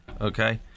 okay